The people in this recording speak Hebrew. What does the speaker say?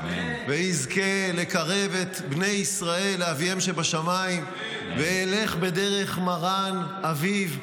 ויזכה לקרב את בני ישראל לאביהם שבשמיים וילך בדרך מרן אביו,